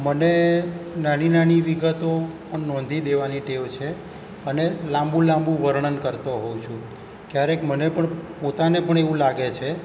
મને નાની નાની વિગતો નોંધી દેવાની ટેવ છે અને લાંબુ લાંબુ વર્ણન કરતો હોઉં છું ક્યારેક મને પણ પોતાને પણ એવું લાગે છે